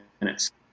minutes